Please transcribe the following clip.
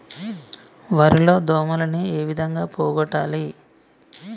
వరి లో దోమలని ఏ విధంగా పోగొట్టాలి?